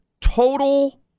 total